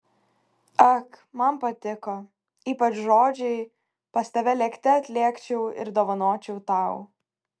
ak man patiko ypač žodžiai pas tave lėkte atlėkčiau ir dovanočiau tau